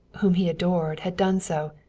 whom he adored, had done so.